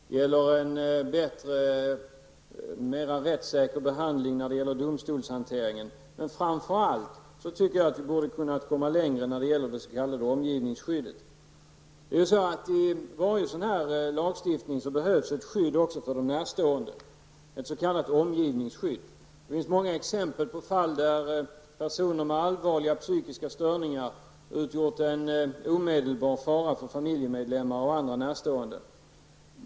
Vidare gäller det en mera rättssäker behandling beträffande domstolshanteringen. Framför allt borde vi ha kunnat komma längre när det gäller det s.k. omgivningsskyddet. Vid en sådan här lagstiftning måste man också tänka på ett skydd för de närstående, ett s.k. omgivningsskydd. Det finns många exempel på fall där personer med allvarliga psykiska störningar har utgjort en omedelbar fara för familjemedlemmar och andra närstående.